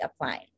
applying